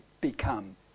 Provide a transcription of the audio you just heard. become